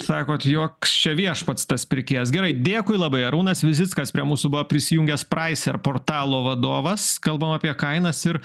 sakot joks čia viešpats tas pirkėjas gerai dėkui labai arūnas vizickas prie mūsų buvo prisijungęs praiser portalo vadovas kalbam apie kainas ir